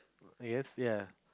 I guess ya